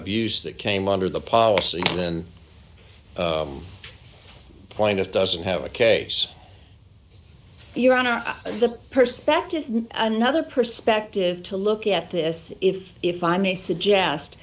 abuse that came under the policy then point it doesn't have a case your honor the perspective another perspective to look at this if if i may suggest